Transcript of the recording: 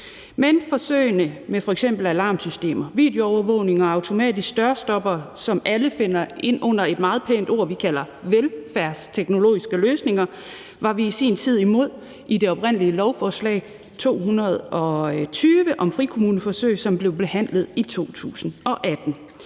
Men forsøgene med f.eks. alarmsystemer, videoovervågning og automatiske dørstoppere, som alle falder ind under et meget pænt ord, nemlig velfærdsteknologiske løsninger, var vi i sin tid imod i det oprindelige lovforslag, L 220, om frikommuneforsøg, som blev behandlet i 2018.